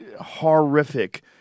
horrific